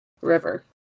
river